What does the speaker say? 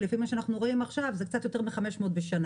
כי לפי מה שאנחנו רואים עכשיו זה קצת יותר מ-500 בשנה,